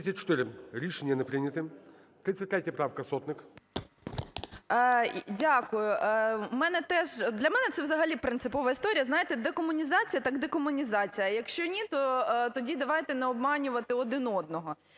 Рішення не прийнято. 33 правка, Сотник.